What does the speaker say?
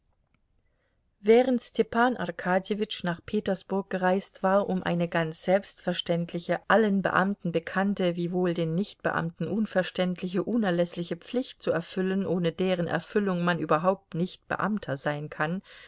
während stepan arkadjewitsch nach petersburg gereist war um eine ganz selbstverständliche allen beamten bekannte wiewohl den nichtbeamten unverständliche unerläßliche pflicht zu erfüllen ohne deren erfüllung man überhaupt nicht beamter sein kann